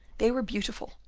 they were beautiful,